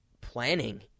planning